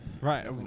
Right